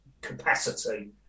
capacity